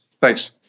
Thanks